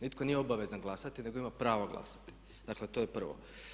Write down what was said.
Nitko nije obavezan glasati nego ima pravo glasati, dakle to je prvo.